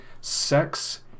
sex